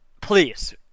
please